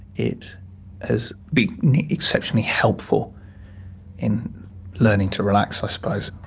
it has been exceptionally helpful in learning to relax, i suppose.